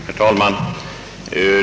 Herr talman!